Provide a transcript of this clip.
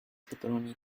pepperoni